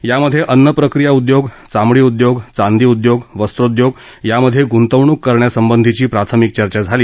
यामध्ये अन्नप्रक्रिया उद्योग चामडी उद्योग चांदी उद्योग वस्त्रोद्योग यामध्ये गुंतवणूक करण्यासंबंधीची प्राथमिक चर्चा झाली